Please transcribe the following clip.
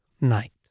night